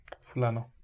Fulano